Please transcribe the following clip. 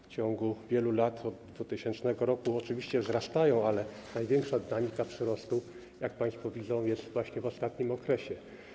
W ciągu wielu lat od 2000 r. oczywiście te dochody wzrastają, ale największa dynamika przyrostu, jak państwo widzą, jest właśnie w ostatnim okresie.